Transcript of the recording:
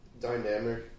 dynamic